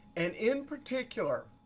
and in particular,